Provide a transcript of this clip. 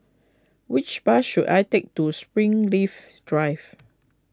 which bus should I take to Springleaf Drive